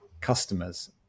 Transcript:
customers